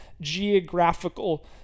geographical